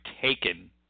taken